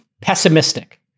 pessimistic